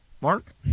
Mark